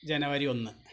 ജനുവരി ഒന്ന്